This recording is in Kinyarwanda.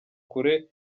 kure